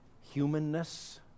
humanness